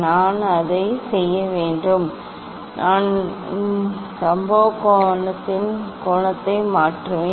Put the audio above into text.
நான் என்ன செய்ய வேண்டும் நான்கோணத்தை மாற்றுவேன்